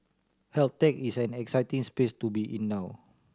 health tech is an exciting space to be in now